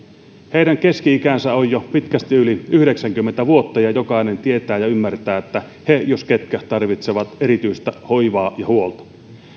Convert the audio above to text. heidän keski ikänsä on jo pitkästi yli yhdeksänkymmentä vuotta ja jokainen tietää ja ymmärtää että he jos ketkä tarvitsevat erityistä hoivaa ja huolta